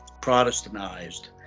Protestantized